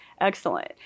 Excellent